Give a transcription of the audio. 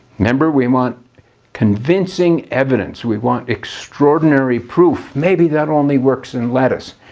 remember we want convincing evidence. we want extraordinary proof. maybe that only works in lettuce.